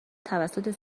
توسط